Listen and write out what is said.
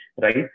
Right